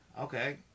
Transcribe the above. Okay